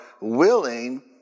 willing